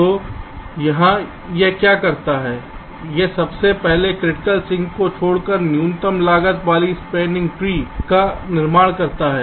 तो यहाँ यह क्या करता है यह सबसे पहले क्रिटिकल सिंक को छोड़कर न्यूनतम लागत वाली स्टीनर ट्री का निर्माण करता है